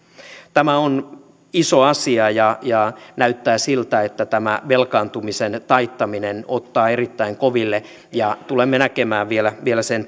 tämä on iso asia ja ja näyttää siltä että tämä velkaantumisen taittaminen ottaa erittäin koville tulemme näkemään vielä vielä sen